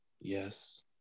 Yes